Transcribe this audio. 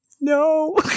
no